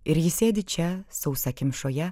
ir ji sėdi čia sausakimšoje